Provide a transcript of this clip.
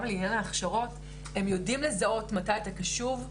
גם לעניין ההכשרות הם יודעים לזהות מתי אתה קשוב,